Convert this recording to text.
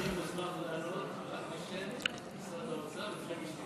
אני מוסמך לענות רק בשם שר האוצר.